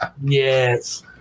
Yes